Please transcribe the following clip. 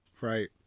right